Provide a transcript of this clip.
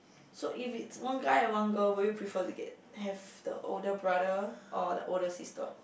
so if it's one guy and one girl will you prefer to get have the older brother or the older sister